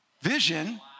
vision